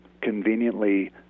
conveniently